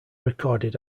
recorded